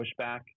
pushback